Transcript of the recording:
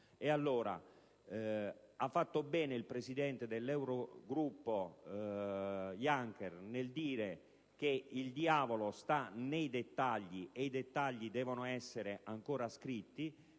scoperto. Ha fatto bene il presidente dell'Eurogruppo Juncker a dire che il diavolo sta nei dettagli che devono essere ancora scritti.